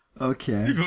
okay